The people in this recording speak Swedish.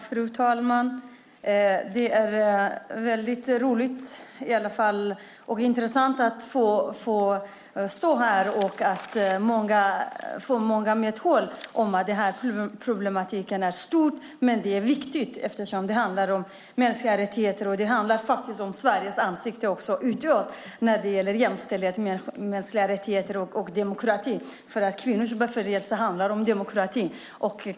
Fru talman! Det är väldigt roligt och intressant att få stå här och få mycket medhåll om att problematiken är stor. Det är viktigt eftersom det handlar om mänskliga rättigheter och Sveriges ansikte utåt när det gäller jämställdhet, mänskliga rättigheter och demokrati. Kvinnors befrielse handlar om demokrati.